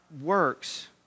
works